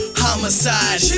homicide